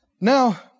Now